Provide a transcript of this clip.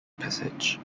passage